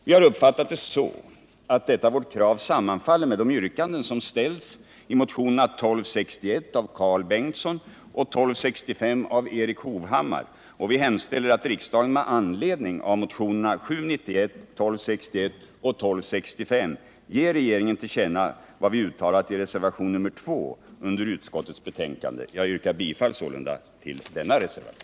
Vi har uppfattat det så att detta vårt krav sammanfaller med de yrkanden som ställs i motionerna 1977 78:1265 av Erik Hovhammar, och vi hemställer därför att riksdagen med anledning av motionerna 791, 1261 och 1265 vid föregående riksmöte ger regeringen till känna vad vi uttalat i reservationen 2 vid utskottets betänkande. Jag yrkar sålunda bifall till denna reservation.